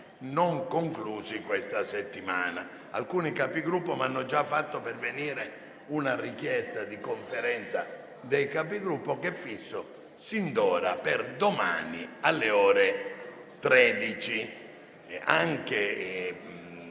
non conclusi questa settimana. Alcuni Capigruppo mi hanno già fatto pervenire una richiesta di convocazione della Conferenza dei Capigruppo, che fisso sin d'ora per domani alle ore 13.